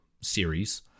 series